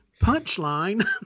Punchline